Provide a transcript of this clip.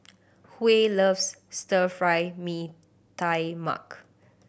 Huey loves Stir Fry Mee Tai Mak